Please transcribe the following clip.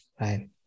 right